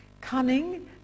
cunning